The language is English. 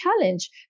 challenge